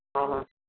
हा हा